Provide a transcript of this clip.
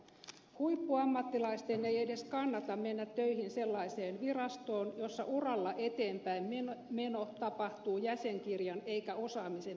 huippuammattilaisten ei edes kannata mennä töihin sellaiseen virastoon jossa uralla eteenpäinmeno tapahtuu jäsenkirjan eikä osaamisen perusteella